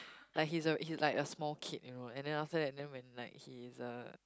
like he's a he's like a small kid you know and then after that then when like he's a